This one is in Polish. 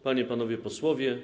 Panie i Panowie Posłowie!